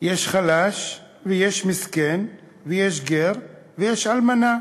יש חלש ויש מסכן ויש גר ויש אלמנה,